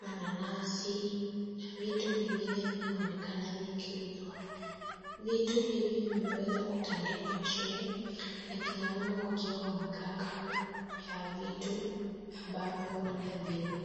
mananasi na vitu vingine vinaonekana vikiuzwa. Vitu hivi vimeweza kutaandikwa chini na kina mama wakiwa wamekaa kando ya vitu ambavyo wanaviuza.